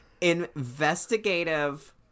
investigative